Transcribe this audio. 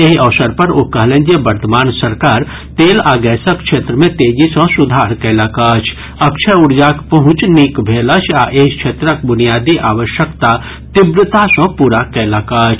एहि अवसर पर ओ कहलनि जे वर्तमान सरकार तेल आ गैसक क्षेत्र मे तेजी सँ सुधार कयलक अछि अक्षय ऊर्जाक पहुंच नीक भेल अछि आ एहि क्षेत्रक ब्रनियादी आवश्यकता तीव्रता सँ पूरा कयलक अछि